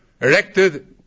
erected